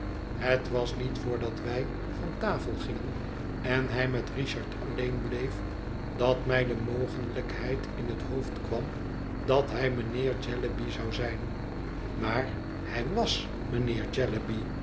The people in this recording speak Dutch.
het was niet voordat wij van tafel gingen en hij met richard alleen bleef dat mij de mogelijkheid in het hoofd kwam dat hij mijnheer jellyby zou zijn maar hij was